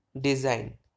design